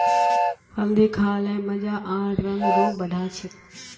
हल्दी खा ल मजा आर रंग रूप बढ़ा छेक